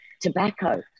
tobacco